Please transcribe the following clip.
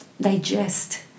digest